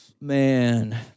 man